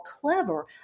clever